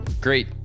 great